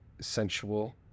sensual